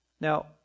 Now